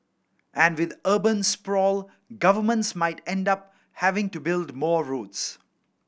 and with urban sprawl governments might end up having to build more roads